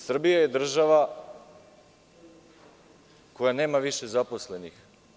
Srbija je država koja nema više zaposlenih.